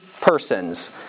persons